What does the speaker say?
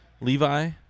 Levi